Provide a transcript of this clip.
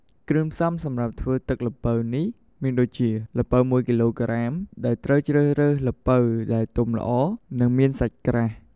គ្រឿងផ្សំសម្រាប់់ធ្វើទឹកល្ពៅនេះមានដូចជា ល្ពៅ ១ គីឡូក្រាម ដែលត្រូវជ្រើសរើសល្ពៅដែលទុំល្អ និងមានសាច់ក្រាស់។